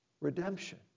redemption